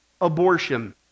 abortion